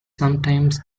sometimes